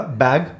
bag